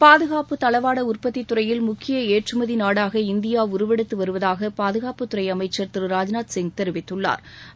பாதுகாப்பு தளவாட உற்பத்தித்துறையில் முக்கிய ஏற்றுமதி நாடாக இந்தியா உருவெடுத்து வருவதாக பாதுகாப்புத்துறை அமைச்சள் திரு ராஜ்நாத் சிங் தெரிவித்துள்ளாா்